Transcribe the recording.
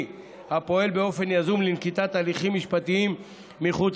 הפועל באופן יזום לנקיטת הליכים משפטיים מחוץ